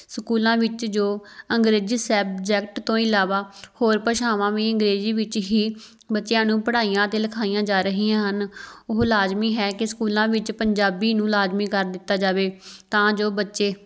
ਸਕੂਲਾਂ ਵਿੱਚ ਜੋ ਅੰਗਰੇਜ਼ੀ ਸੈਬਜੈਕਟ ਤੋਂ ਇਲਾਵਾ ਹੋਰ ਭਾਸ਼ਾਵਾਂ ਵੀ ਅੰਗਰੇਜ਼ੀ ਵਿੱਚ ਹੀ ਬੱਚਿਆਂ ਨੂੰ ਪੜ੍ਹਾਈਆਂ ਅਤੇ ਲਿਖਾਈਆਂ ਜਾ ਰਹੀਆਂ ਹਨ ਉਹ ਲਾਜ਼ਮੀ ਹੈ ਕਿ ਸਕੂਲਾਂ ਵਿੱਚ ਪੰਜਾਬੀ ਨੂੰ ਲਾਜ਼ਮੀ ਕਰ ਦਿੱਤਾ ਜਾਵੇ ਤਾਂ ਜੋ ਬੱਚੇ